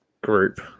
group